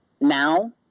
now